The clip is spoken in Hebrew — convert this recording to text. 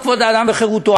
בחוק-יסוד: כבוד האדם וחירותו?